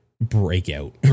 Breakout